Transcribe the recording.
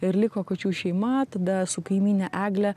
ir liko kačių šeima tada su kaimyne egle